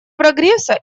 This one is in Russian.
прогресса